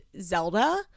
Zelda